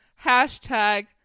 hashtag